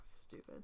Stupid